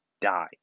die